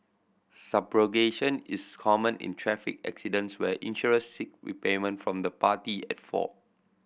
subrogation is common in traffic accidents where insurers seek repayment from the party at fault